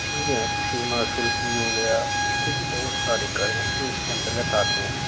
ठीक है सीमा शुल्क भी हो गया तो ये बहुत सारे कर हैं जो इसके अन्तर्गत आते हैं